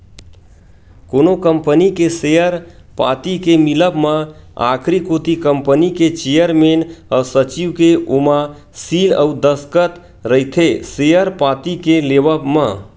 कोनो कंपनी के सेयर पाती के मिलब म आखरी कोती कंपनी के चेयरमेन अउ सचिव के ओमा सील अउ दस्कत रहिथे सेयर पाती के लेवब म